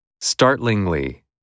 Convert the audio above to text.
Startlingly